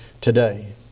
today